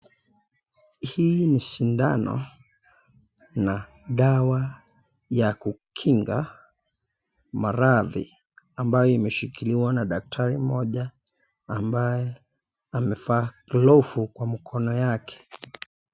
Hii ni sindano na dawa ya kukinga maradhi ambayo imeshikiliwa na daktari mmoja ambaye amevaa glovu kwa mkono yake.